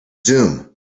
zoom